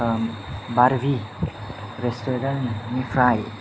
ओम बारबि रेस्टुरेन्टनिफ्राइ